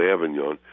Avignon